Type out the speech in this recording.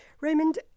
Raymond